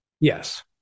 Yes